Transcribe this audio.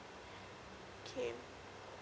K